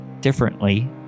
differently